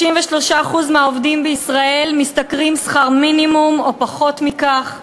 33% מהעובדים בישראל משתכרים שכר מינימום או פחות מכך,